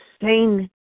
insane